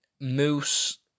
Moose